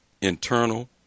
internal